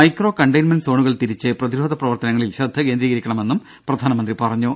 micro containment സോണുകൾ തിരിച്ച് പ്രതിരോധ പ്രവർത്തനങ്ങളിൽ ശ്രദ്ധ കേന്ദ്രീകരിക്കണമെന്നും പ്രധാനമന്ത്രി പറഞ്ഞു